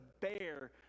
bear